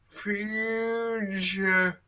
future